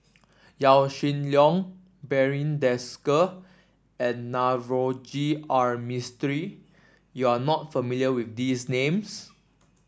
Yaw Shin Leong Barry Desker and Navroji R Mistri You are not familiar with these names